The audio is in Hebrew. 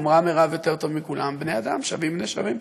אמרה מרב יותר טוב מכולם: בני-אדם שווים בני שווים.